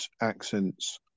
accents